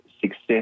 success